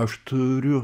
aš turiu